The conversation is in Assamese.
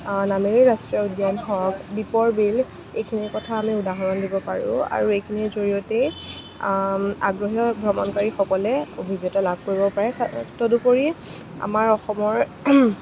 নামেৰি ৰাষ্ট্ৰীয় উদ্যান হওক দীপৰ বিল এইখিনি কথা আমি উদাহৰণ দিব পাৰোঁ আৰু এইখিনিৰ জৰিয়তেই আগ্ৰহী ভ্ৰমণকাৰী সকলে অভিজ্ঞতা লাভ কৰিব পাৰে তদুপৰি আমাৰ অসমৰ